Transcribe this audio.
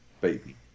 baby